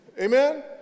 Amen